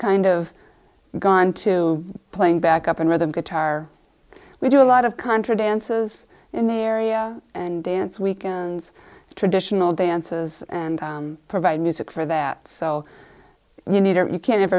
kind of gone to playing back up and rhythm guitar we do a lot of confidence is in the area and dance weekends traditional dances and provide music for that so you need or you can't